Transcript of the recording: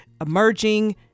emerging